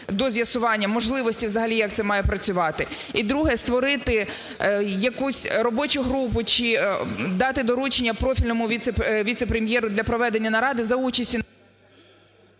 до з'ясування можливості, взагалі, як це має працювати. І друге. Створити якусь робочу групу чи дати доручення профільному віце-прем'єру для проведення наради за участю...